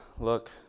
Look